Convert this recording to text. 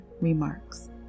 Remarks